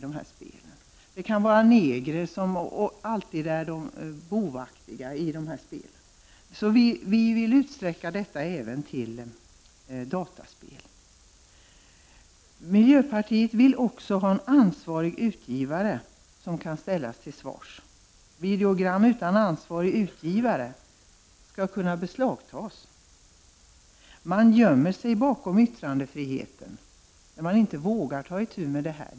Det kan också handla om negrer, och de är alltid bovaktiga i de här spelen. Vi vill utsträcka åtgärderna även till dataspel. Miljöpartiet vill också att det skall finnas en ansvarig utgivare som kan ställas till svars. Videogram utan ansvarig utgivare skall kunna beslagtas. Man gömmer sig bakom yttrandefriheten när man inte vågar ta itu med detta.